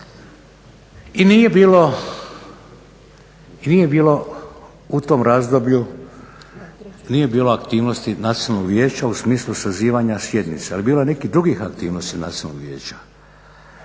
i nije bilo u tom razdoblju, nije bilo aktivnosti Nacionalnog vijeća u smislu sazivanja sjednica. Ali bilo je nekih drugih aktivnosti Nacionalnog vijeća.